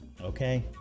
Okay